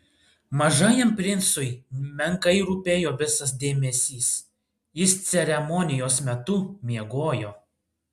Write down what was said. mažajam princui menkai rūpėjo visas dėmesys jis ceremonijos metu miegojo